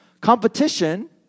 Competition